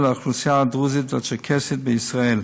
האוכלוסייה הדרוזית והצ'רקסית בישראל.